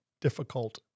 difficult